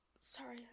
sorry